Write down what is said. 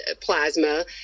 plasma